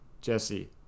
Jesse